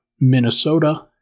Minnesota